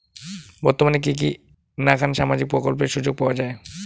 বর্তমানে কি কি নাখান সামাজিক প্রকল্পের সুযোগ পাওয়া যায়?